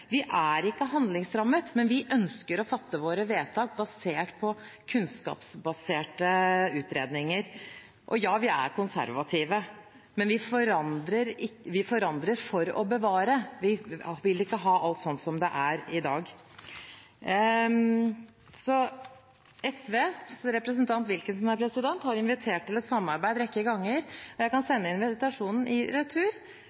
Vi er ikke handlingslammet, men vi ønsker å fatte våre vedtak basert på kunnskapsbaserte utredninger. Og ja, vi er konservative, men vi forandrer for å bevare. Vi vil ikke ha alt sånn som det er i dag. SVs representant, Nicholas Wilkinson, har invitert til et samarbeid en rekke ganger. Jeg kan